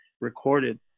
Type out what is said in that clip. recorded